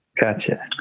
Gotcha